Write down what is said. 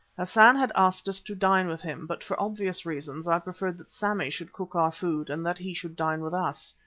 hassan had asked us to dine with him, but for obvious reasons i preferred that sammy should cook our food and that he should dine with us.